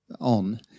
on